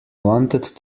wanted